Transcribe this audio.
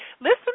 listen